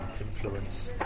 influence